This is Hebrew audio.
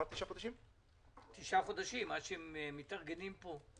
לתושבי חו"ל שבאים לפה יש תשעה חודשים עד שהם מתארגנים פה,